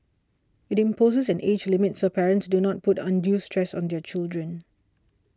it imposes an age limit so parents do not put undue stress on their children